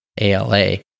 ALA